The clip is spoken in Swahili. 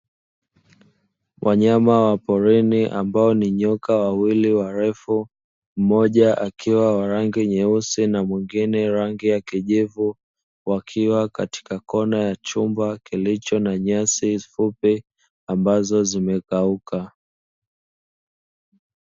Wanyama wa porini, ambao ni nyoka wawili warefu mmoja akiwa wa rangi nyeusi na mwingine rangi ya kijivu, wakiwa katika kona ya chumba kilicho na nyasi fupi ambazo zimekauka .